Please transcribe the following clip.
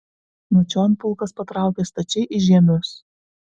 nuo čion pulkas patraukė stačiai į žiemius